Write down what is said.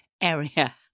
area